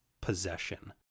possession